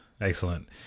Excellent